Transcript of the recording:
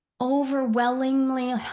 overwhelmingly